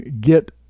get